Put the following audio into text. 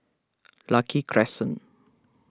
Lucky Crescent